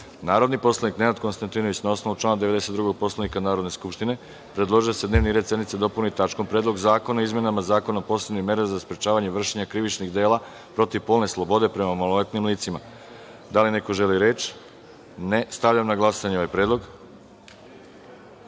Predlog. Narodni poslanik Nenad Konstantinović, na osnovu člana 92. Poslovnika Narodne skupštine, predložio je da se dnevni red sednice dopuni tačkom - Predlog zakona o izmenama Zakona o posebnim merama za sprečavanje vršenja krivičnih dela protiv polne slobode prema maloletnim licima. Da li neko želi reč? (Ne.)Stavljam na glasanje ovaj